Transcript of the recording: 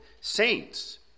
saints